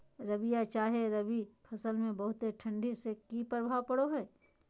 रबिया चाहे रवि फसल में बहुत ठंडी से की प्रभाव पड़ो है?